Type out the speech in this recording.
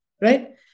right